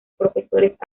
profesores